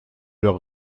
leurs